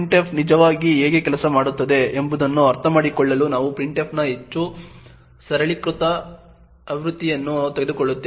printf ನಿಜವಾಗಿ ಹೇಗೆ ಕೆಲಸ ಮಾಡುತ್ತದೆ ಎಂಬುದನ್ನು ಅರ್ಥಮಾಡಿಕೊಳ್ಳಲು ನಾವು printf ನ ಹೆಚ್ಚು ಸರಳೀಕೃತ ಆವೃತ್ತಿಯನ್ನು ತೆಗೆದುಕೊಳ್ಳುತ್ತೇವೆ